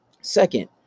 Second